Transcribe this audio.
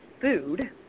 food